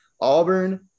Auburn